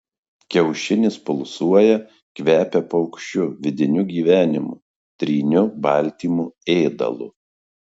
kiaušinis pulsuoja kvepia paukščiu vidiniu gyvenimu tryniu baltymu ėdalu